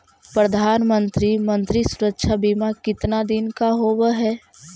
प्रधानमंत्री मंत्री सुरक्षा बिमा कितना दिन का होबय है?